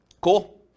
cool